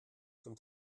zum